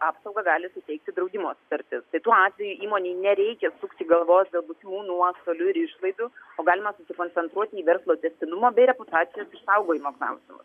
apsaugą gali suteikti draudimo sutartį situacijoje įmonei nereikia sukti galvos dėl būsimų nuostolių ir išlaidų o galima susikoncentruoti į verslo tęstinumą bei reputacijos išsaugojimo klausimus